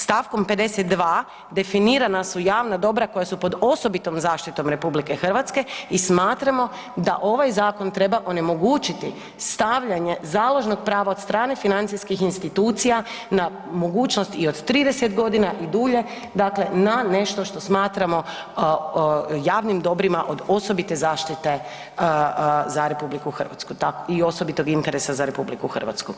Stavkom 52. definirana su javna dobra koja su pod osobitom zaštitom RH i smatramo da ovaj zakon treba onemogućiti stavljanje založnog prava od strane financijskih institucija na mogućnost i od 30 godina i dulje, dakle na nešto što smatramo javnim dobrima od osobite zaštite za RH tako i osobitog interesa za RH.